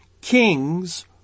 Kings